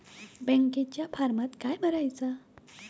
बँकेच्या फारमात काय भरायचा?